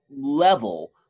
level